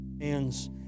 hands